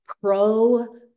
pro